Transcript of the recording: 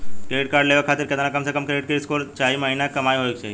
Credit card लेवे खातिर केतना कम से कम क्रेडिट स्कोर चाहे महीना के कमाई होए के चाही?